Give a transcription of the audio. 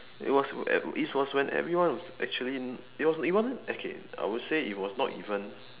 it was at it was when everyone actually it was it wasn't okay I would say it was not even